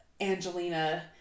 Angelina